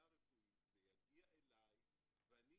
לא צריכים לפרט יותר.